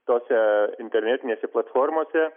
tose internetinėse platformose